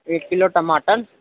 ایک کلو ٹماٹر